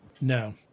No